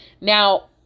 Now